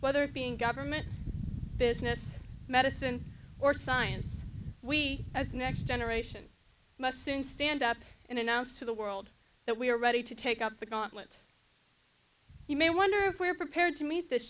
whether being government business medicine or science we as the next generation must soon stand up and announce to the world that we are ready to take up the gauntlet you may wonder if we are prepared to meet this